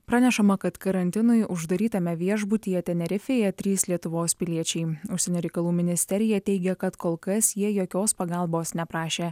pranešama kad karantinui uždarytame viešbutyje tenerifėje trys lietuvos piliečiai užsienio reikalų ministerija teigia kad kol kas jie jokios pagalbos neprašė